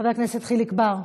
חבר הכנסת חיליק בר,